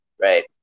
right